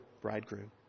bridegroom